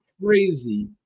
crazy